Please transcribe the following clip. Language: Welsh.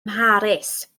mharis